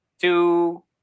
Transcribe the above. two